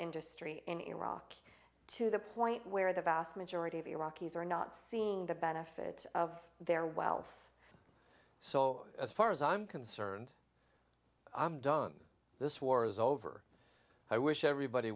industry in iraq to the point where the vast majority of iraqis are not seeing the benefit of their wealth so as far as i'm concerned i'm done this war's over i wish everybody